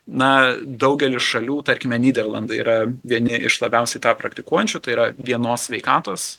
na daugelis šalių tarkime nyderlandai yra vieni iš labiausiai tą praktikuojančių tai yra vienos sveikatos